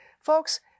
folks